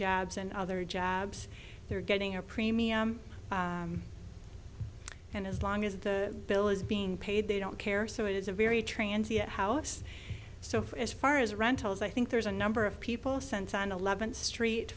jobs and other jobs they're getting a premium and as long as the bill is being paid they don't care so it is a very transit house so as far as rentals i think there's a number of people sent on eleventh street